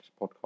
podcast